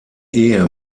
ehe